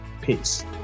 Peace